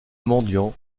mendiant